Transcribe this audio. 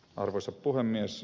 arvoisa puhemies